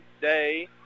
day